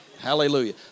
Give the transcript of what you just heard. Hallelujah